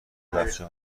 بچه